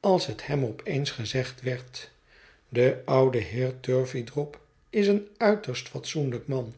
als het hem op eens gezegd werd de oude heer turveydrop is een uiterst fatsoenlijk man